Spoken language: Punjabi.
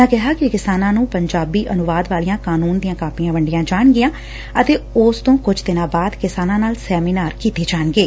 ਉਨ੍ਹਾਂ ਕਿਹਾ ਕਿ ਕਿਸਾਨਾਂ ਨੂੰ ਪੰਜਾਬੀ ਅਨੁਵਾਦ ਵਾਲੀਆ ਕਾਨੁੰਨ ਦੀਆ ਕਾਪੀਆ ਵੰਡੀਆ ਜਾਣਗੀਆ ਅਤੇ ਉਸ ਤੋ ਕੁਝ ਦਿਨਾ ਬਾਅਦ ਕਿਸਾਨਾ ਨਾਲ ਸੈਮੀਨਾਰ ਕੀਤੇ ਜਾਣਗੇ